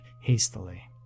hastily